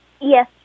Yes